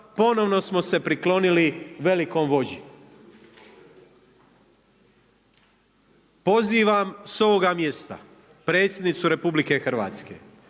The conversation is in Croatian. ponovno smo se priklonili velikom vođi. Pozivam s ovoga mjesta Predsjednicu RH koja je